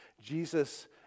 Jesus